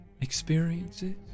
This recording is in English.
Experiences